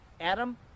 Adam